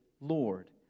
Lord